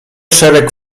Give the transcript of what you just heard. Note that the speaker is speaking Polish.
szereg